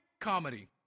comedy